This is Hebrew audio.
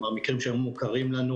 מקרים שהיו מוכרים לנו,